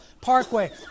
Parkway